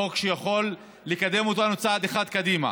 חוק שיכול לקדם אותנו צעד אחד קדימה.